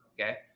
okay